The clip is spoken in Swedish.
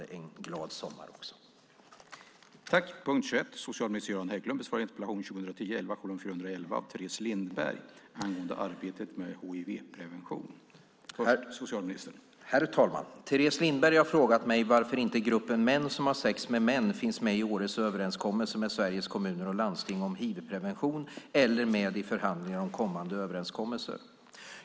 Herr talman! Teres Lindberg har frågat mig varför inte gruppen män som har sex med män finns med i årets överenskommelse med Sveriges Kommuner och Landsting om hivprevention eller med i förhandlingarna om kommande överenskommelser.